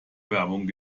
werbung